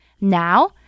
Now